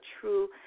true